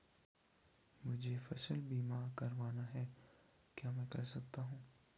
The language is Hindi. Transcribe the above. मुझे फसल बीमा करवाना है क्या मैं कर सकता हूँ?